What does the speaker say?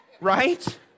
right